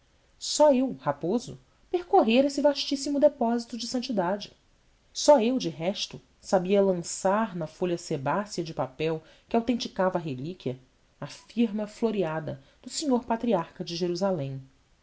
só eu raposo percorrera esse vastíssimo depósito de sanidade só eu de resto sabia lançar na folha sebácea de papel que autenticava a relíquia a firma floreada do senhor patriarca de jerusalém